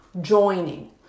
joining